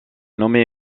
nommé